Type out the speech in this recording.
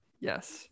Yes